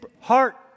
heart